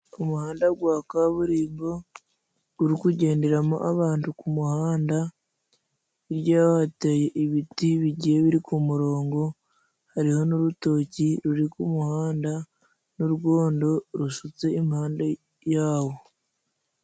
Umuhanda gwa kaburimbo guri kugenderamo abantu ku muhanda, hirya yaho hateye ibiti bigiye biri ku murongo, hariho n'urutoki ruri ku muhanda n'uwondo rusutse impande yawo.